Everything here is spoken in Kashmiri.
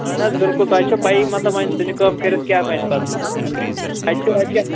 اَہن حظ بِلکُل تۄہہِ چھو پَیی مطلب وۄنۍ ژِنہِ کٲم کٔرِتھ کیٛاہ بَنہِ پَتہٕ اَتہِ چھِ رۄپیہِ